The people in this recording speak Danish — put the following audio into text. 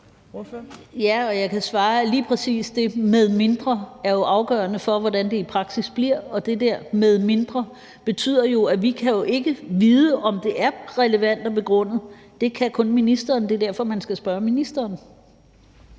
Ja, og jeg kan jo svare, at lige præcis det »medmindre« er afgørende for, hvordan det i praksis bliver, og det der »medmindre« betyder jo, at vi ikke kan vide, om det er relevant at begrunde. Det kan kun ministeren. Det er derfor, man skal spørge ministeren.